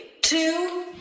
two